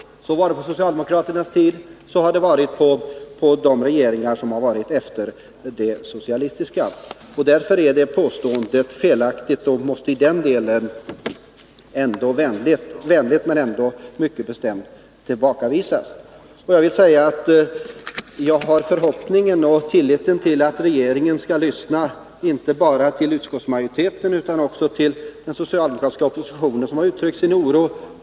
Så var det på socialdemokraternas tid och så har det varit under de regeringar vi har haft efter de socialistiska. Därför är påståendet felaktigt och måste vänligt men ändå mycket bestämt tillbakavisas. Jag har förhoppningen och tilliten till att regeringen skall lyssna inte bara till utskottsmajoriteten utan också till den socialdemokratiska oppositionen, som har uttryckt sin oro.